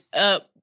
up